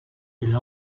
elle